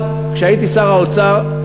אבל כשהייתי שר האוצר,